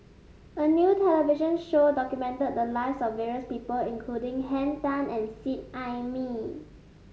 a new television show documented the lives of various people including Henn Tan and Seet Ai Mee